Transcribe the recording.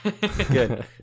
good